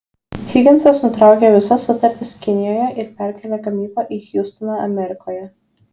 higinsas nutraukė visas sutartis kinijoje ir perkėlė gamybą į hjustoną amerikoje